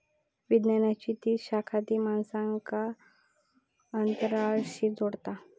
विज्ञानाची ती शाखा जी माणसांक अंतराळाशी जोडता